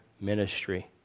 ministry